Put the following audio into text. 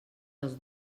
els